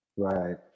right